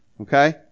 Okay